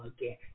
again